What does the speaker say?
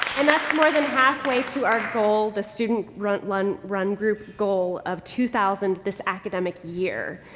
and that's more than half way to our goal, the student run, run run group goal of two thousand this academic year.